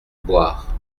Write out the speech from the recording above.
boire